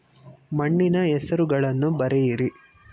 ಮಣ್ಣಿನ ಹೆಸರುಗಳನ್ನು ಬರೆಯಿರಿ